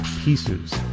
pieces